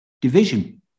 Division